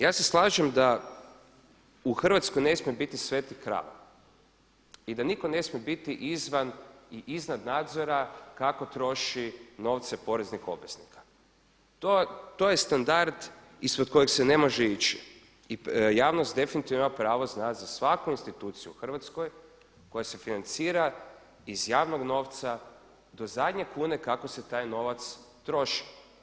Ja se slažem da u Hrvatskoj ne smije biti svetih krava i da nitko ne smije biti izvan i iznad nadzora kako troši novce poreznih obveznika, to je standard ispod kojeg se ne može ići i javnost definitivno ima pravo znati za svaku instituciju u hrvatskoj koja se financira iz javnog novca do zadnje kune kako se taj novac troši.